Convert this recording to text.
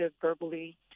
verbally